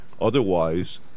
otherwise